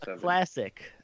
classic